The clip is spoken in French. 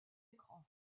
écran